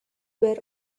were